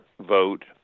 vote